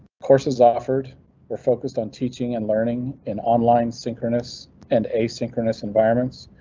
courses offered were focused on teaching and learning and online synchronous and asynchronous environments.